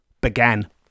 began